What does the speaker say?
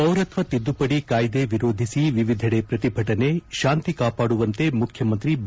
ಪೌರತ್ವ ತಿದ್ದುಪಡಿ ಕಾಯ್ದೆ ವಿರೋಧಿಸಿ ವಿವಿಧಡೆ ಪ್ರತಿಭಟನೆ ಶಾಂತಿ ಕಾಪಾಡುವಂತೆ ಮುಖ್ಯಮಂತ್ರಿ ಬಿ